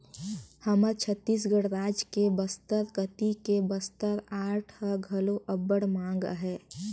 हमर छत्तीसगढ़ राज के बस्तर कती के बस्तर आर्ट ह घलो अब्बड़ मांग अहे